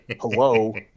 Hello